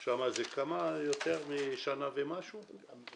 זה יותר משנה ומשהו.